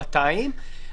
200,